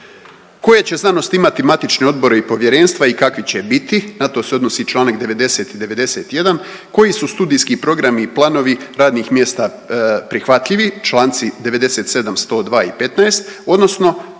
Koje će znanosti imati matični odbori i povjerenstva i kakvi će biti na to se odnosi članak 90. i 91. koji su studijski programi i planovi radnih mjesta prihvatljivi članci 97., 102. i 15. odnosno